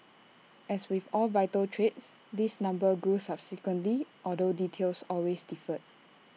as with all vital trades this number grew subsequently although details always differed